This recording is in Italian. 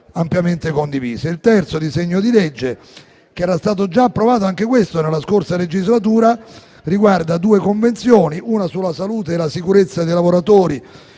ampiamente condivise. Il terzo disegno di legge, che era stato già approvato nella scorsa legislatura, riguarda due Convenzioni, una sulla salute e la sicurezza dei lavoratori